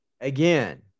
again